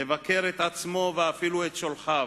לבקר את עצמו ואפילו את שולחיו,